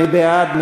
מי בעד?